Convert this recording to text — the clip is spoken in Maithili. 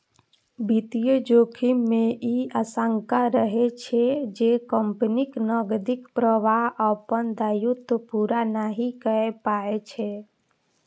वित्तीय जोखिम मे ई आशंका रहै छै, जे कंपनीक नकदीक प्रवाह अपन दायित्व पूरा नहि कए पबै छै